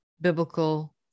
biblical